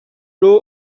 law